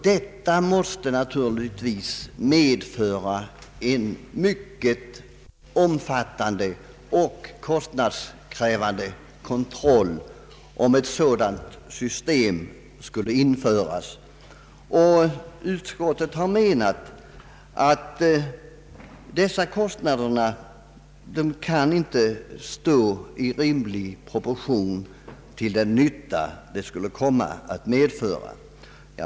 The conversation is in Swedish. Detta måste naturligtvis medföra en mycket omfattande och kostnadskrävande kontroll, och utskottet har ansett att dessa kostnader inte kan stå i rimlig proportion till den nytta det skulle komma att medföra.